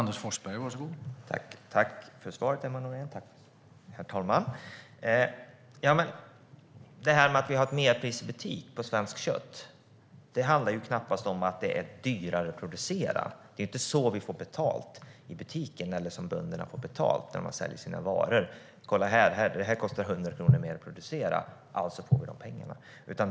Herr talman! Tack för svaret, Emma Nohrén! Att det är ett merpris i butik på svenskt kött handlar knappast om att det är dyrare att producera. Det är inte så bönderna får betalt när de säljer sina varor: Kolla här, det kostar 100 kronor mer att producera, alltså får vi de pengarna.